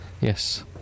Yes